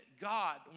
God